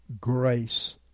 grace